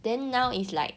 then now is like